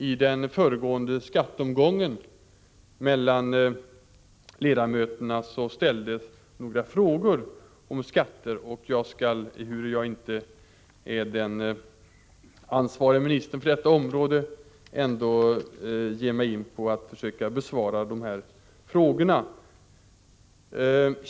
I den föregående omgången ställdes några frågor om skatter, och jag skall, ehuru jag inte är den ansvarige ministern på detta område, ändå försöka ge mig på att besvara frågorna.